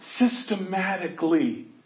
Systematically